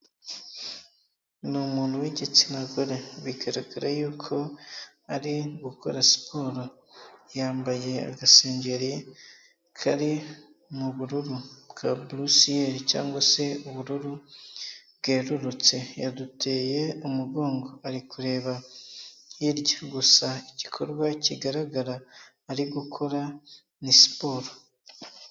Ni umuntu w'igitsina gore, bigaragara yuko ari gukora siporo, yambaye agasengeri kari mubururu bwa bluecieli cyangwa se ubururu bwerurutse, yaduteye umugongo ariko kureba hirya, gusa igikorwa kigaragara ari gukora ni siporo.